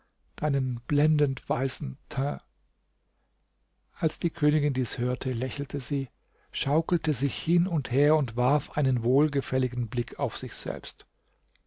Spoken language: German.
deinen blendendweißen teint als die königin dies hörte lächelte sie schaukelte sich hin und her und warf einen wohlgefälligen blick auf sich selbst